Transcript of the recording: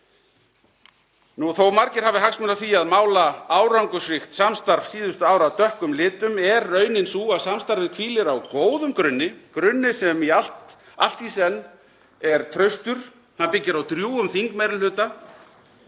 Þó að margir hafi hagsmuni af því að mála árangursríkt samstarf síðustu ára dökkum litum er raunin sú að samstarfið hvílir á góðum grunni; grunni sem allt í senn er traustur, byggir á drjúgum þingmeirihluta,